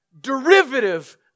derivative